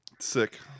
sick